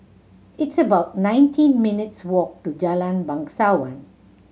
it's about nineteen minutes' walk to Jalan Bangsawan